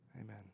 Amen